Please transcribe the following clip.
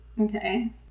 Okay